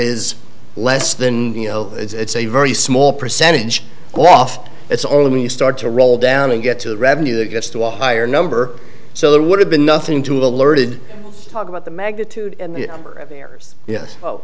is less than the you know it's a very small percentage off it's only when you start to roll down and get to the revenue it gets to a higher number so there would have been nothing to alerted talk about the magnitude of errors yes